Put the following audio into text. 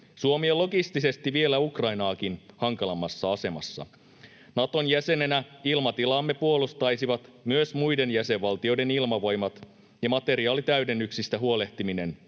Suomi on logistisesti vielä Ukrainaakin hankalammassa asemassa. Naton jäsenenä ilmatilaamme puolustaisivat myös muiden jäsenvaltioiden ilmavoimat ja materiaalitäydennyksistä huolehtiminen